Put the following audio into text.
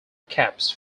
caps